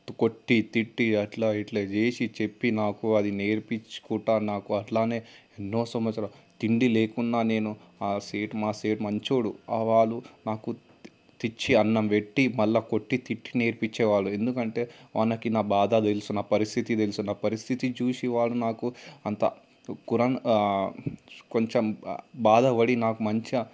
కొట్టి తిట్టి అట్లా ఇట్లా చేసి చెప్పి నాకు అది నేర్పించుకుంటా నాకు అట్లానే ఎన్నో సంవత్సరం తిండి లేకుండా నేను ఆ సెట్ మాసేట్ మంచోడు వాళ్ళు నాకు తెచ్చి అన్నం పెట్టి మళ్ళా కొట్టి తిట్టి నేర్పించే వాళ్ళు ఎందుకంటే వాళ్ళకి నా బాధ తెలుసు నా పరిస్థితి తెలుసు నా పరిస్థితి చూసి వారు నాకు అంత కూర కొంచెం బాధపడి నాకు మంచిగా